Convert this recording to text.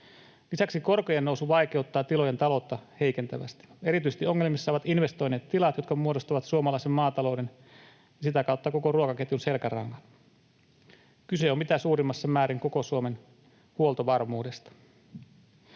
Lisäksi korkojen nousu vaikeuttaa tilojen taloutta heikentävästi. Erityisesti ongelmissa ovat investoineet tilat, jotka muodostavat suomalaisen maatalouden ja sitä kautta koko ruokaketjun selkärangan. Kyse on mitä suurimmassa määrin koko Suomen huoltovarmuudesta.